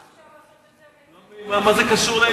מה זה קשור,